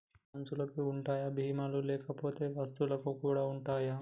మనుషులకి ఉంటాయా బీమా లు లేకపోతే వస్తువులకు కూడా ఉంటయా?